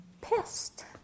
pissed